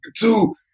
two